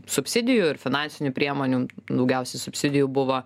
subsidijų ir finansinių priemonių daugiausiai subsidijų buvo